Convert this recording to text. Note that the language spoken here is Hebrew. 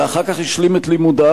ואחר כך השלים את לימודיו,